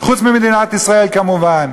חוץ ממדינת ישראל כמובן.